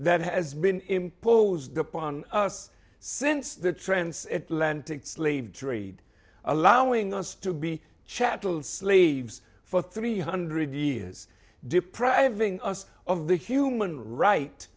that has been imposed upon us since the transit land to slave trade allowing us to be chattel slaves for three hundred years depriving us of the human right